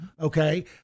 Okay